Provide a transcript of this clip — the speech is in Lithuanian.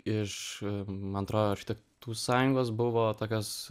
iš man atrodo architektų sąjungos buvo tokios